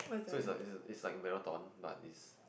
so it's like it's it's like marathon but it's